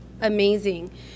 amazing